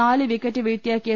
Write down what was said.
നാല് വിക്കറ്റ് വീഴ്ത്തിയ കെ